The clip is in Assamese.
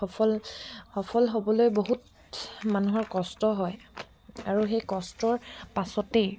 সফল সফল হ'বলৈ বহুত মানুহৰ কষ্ট হয় আৰু সেই কষ্টৰ পাছতেই